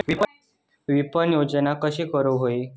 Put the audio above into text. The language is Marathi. विपणन योजना कशी करुक होई?